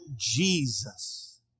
Jesus